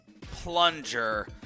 plunger